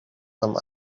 some